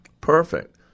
perfect